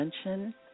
attention